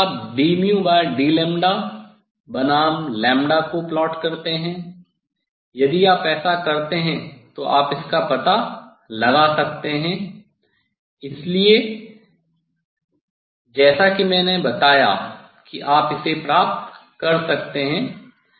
इसके बाद आप dd बनाम को प्लॉट करते हैं यदि आप ऐसा करते हैं तो आप इसका पता लगा सकते हैं इसलिए जैसा कि मैंने बताया कि आप इसे प्राप्त कर सकते हैं